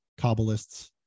Kabbalists